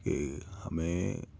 یہ ہمیں